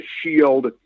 shield